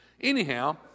Anyhow